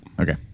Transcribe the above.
Okay